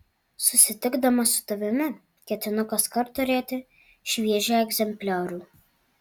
susitikdamas su tavimi ketinu kaskart turėti šviežią egzempliorių